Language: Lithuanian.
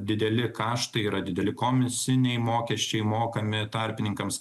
dideli kaštai yra dideli komisiniai mokesčiai mokami tarpininkams